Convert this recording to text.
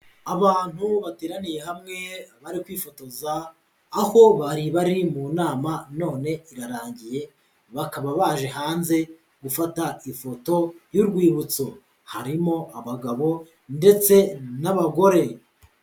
Abantu bateraniye hamwe bari kwifotoza, aho bari bari mu nama none irarangiye, bakaba baje hanze gufata ifoto y'urwibutso, harimo abagabo ndetse n'abagore.